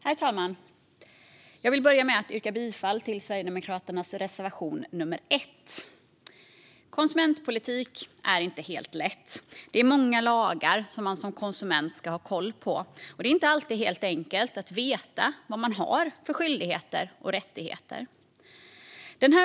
Skadeståndets omfattning vid finansiell rådgivning Herr talman! Jag vill börja med att yrka bifall till Sverigedemokraternas reservation nummer 1. Konsumentpolitik är inte helt lätt. Det är många lagar som man som konsument ska ha koll på, och det är inte alltid helt enkelt att veta vad man har för skyldigheter och rättigheter.